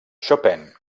chopin